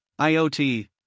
IoT